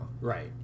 Right